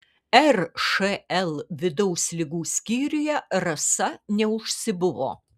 ršl vidaus ligų skyriuje rasa neužsibuvo